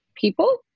people